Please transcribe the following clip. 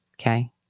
okay